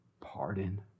pardon